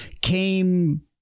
came